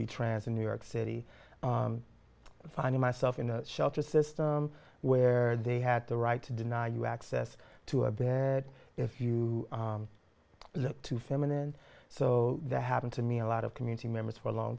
be trans and new york city finding myself in a shelter system where they had the right to deny you access to a bit if you look too feminine so that happened to me a lot of community members for a long